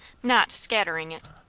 not scattering it.